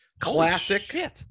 classic